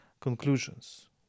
conclusions